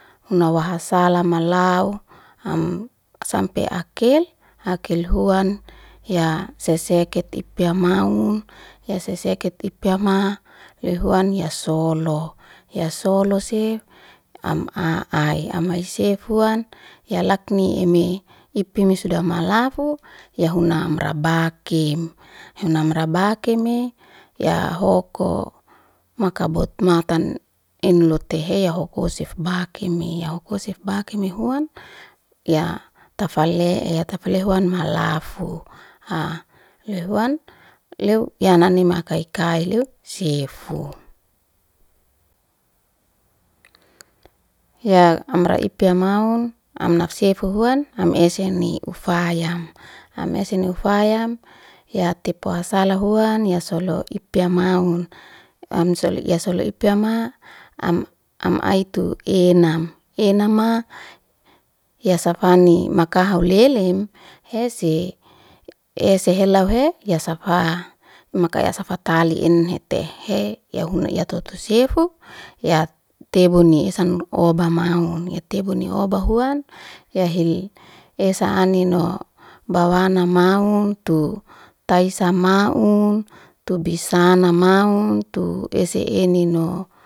Huna waha sala malau am sampe akel, akel huan hiya seseket ipya maun, ya sesket ipyama loy huan ya solo, ya solo sef am'a ai, am ai sef huan, ya lakni ime ipyeme suda malafu ya huna amra bakem, huan amra bakame ya hoku maka bot matan inloto heya hoko sef bakimea, ya hoko sef bakime huan, ya tafele'e, tafele'e huan halafu. Loy huan leu yanin makai kai leo sefu, ya amra ipya ya maun am nak sefu huan am eseni ufayam, am eseni ufayam ya tepu waha sala huan ya solo ipya maun, am solo ya solo ipya mau am am aitu enam, enama ya safani maka haulelem hese, ese helauhe ya safa'a, maka ya fatali enhetehe ya huna ya toto sefu, yak tebuni esan oba maun itebuni oba huan yahi esa anino bawana maun tu taisa maun tu bisana maun tu ese enenino.